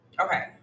okay